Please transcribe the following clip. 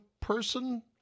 person